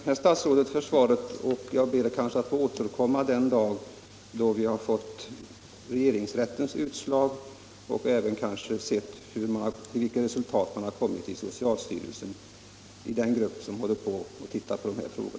Herr talman! Jag tackar socialministern för det svaret. Jag återkommer kanske den dag vi fått regeringsrättens utslag och sett vilket resultat man kommit fram till i den grupp inom socialstyrelsen som arbetar med dessa frågor.